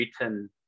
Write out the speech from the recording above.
written